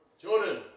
Jordan